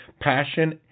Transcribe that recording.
passion